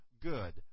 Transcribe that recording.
good